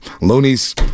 Looney's